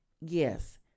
Yes